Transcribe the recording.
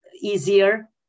easier